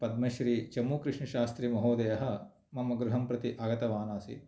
पद्मश्री चमुकृष्णशास्त्री महोदयः मम गृहं प्रति आगतवान् आसीत्